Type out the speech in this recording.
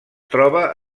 troba